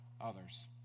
others